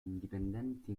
indipendenti